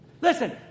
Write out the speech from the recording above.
Listen